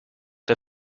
der